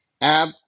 Ab